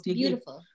beautiful